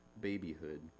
babyhood